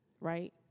right